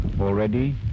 Already